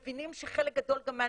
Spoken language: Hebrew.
מבינים שחלק גדול גם מהנתונים,